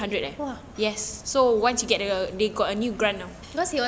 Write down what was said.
!wah!